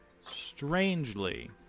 Strangely